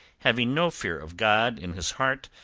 having no fear of god in his heart,